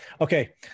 Okay